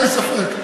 אין ספק.